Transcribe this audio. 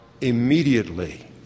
immediately